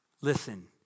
Listen